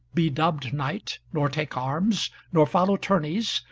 be dubbed knight, nor take arms, nor follow tourneys,